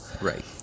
Right